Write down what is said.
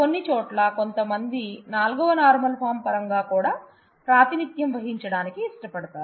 కొన్ని చోట్ల కొంతమంది 4వ నార్మల్ ఫార్మ్ పరంగా కూడా ప్రాతినిధ్యం వహించడానికి ఇష్టపడతారు